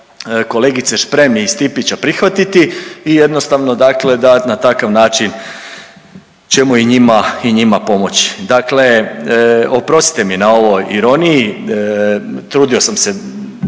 kolegice Šprem i Stipića prihvatiti i jednostavno dakle da na takav način ćemo i njima pomoći. Dakle, oprostite mi na ovoj ironiji trudio sam se